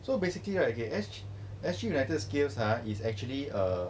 so basically right okay as actually united skills are is actually err